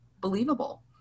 Believable